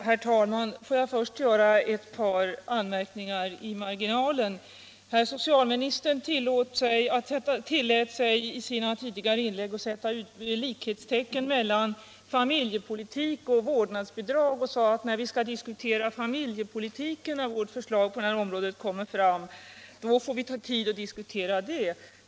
Herr talman! Får jag först göra ett par anmärkningar i marginalen. Herr socialministern tillät sig i sina tidigare inlägg att sätta likhetstecken mellan familjepolitik och vårdnadsbidrag och sade att när förslagen om familjepolitiken läggs fram får vi diskutera förslagen om vårdnadsbidrag.